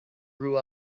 grew